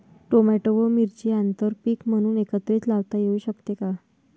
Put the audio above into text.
Tomato व मिरची आंतरपीक म्हणून एकत्रित लावता येऊ शकते का?